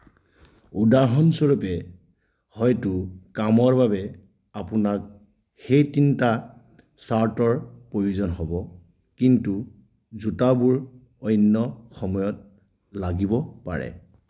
উদাহৰণস্বৰূপে হয়তো কামৰ বাবে আপোনাক সেই তিনিটা চাৰ্টৰ প্ৰয়োজন হ'ব কিন্তু জোতাবোৰ অন্য সময়ত লাগিব পাৰে